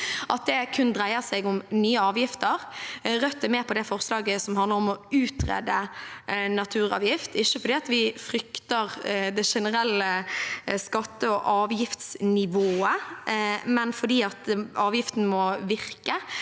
at det kun dreier seg om nye avgifter. Rødt er med på det forslaget som handler om å utrede en naturavgift, ikke fordi vi frykter det generelle skatte- og avgiftsnivået, men fordi avgiften må virke